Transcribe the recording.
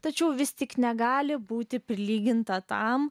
tačiau vis tik negali būti prilyginta tam